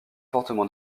fortement